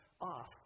off